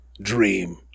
dream